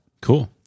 Cool